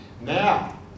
Now